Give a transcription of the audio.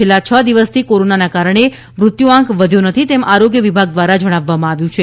છેલ્લા છ દિવસથી કોરોનાને કારણે મૃત્યુઆંક વધ્યો નથી તેમ આરોગ્ય વિભાગ દ્વારા જણાવવામાં આવ્યું છે